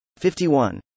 51